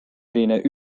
erine